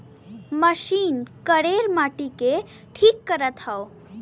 machine करेड़ मट्टी के ठीक करत हौ